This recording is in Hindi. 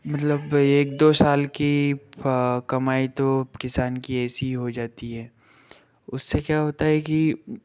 मतलब एक दो साल की कमाई तो किसान की ऐसी ही हो जाती है उससे क्या होता है कि